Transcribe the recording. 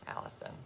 Allison